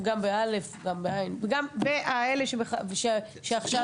גם ב-א', גם בע' ואלה שעכשיו כמה?